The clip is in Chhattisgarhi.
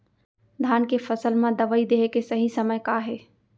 धान के फसल मा दवई देहे के सही समय का हे?